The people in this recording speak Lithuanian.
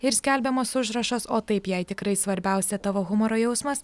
ir skelbiamas užrašas o taip jai tikrai svarbiausia tavo humoro jausmas